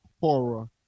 horror